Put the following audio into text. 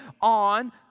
on